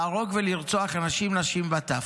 להרוג ולרצוח אנשים, נשים וטף,